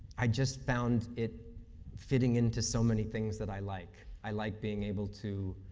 i just found it fitting into so many things that i like. i like being able to